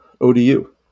ODU